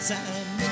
Time